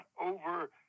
over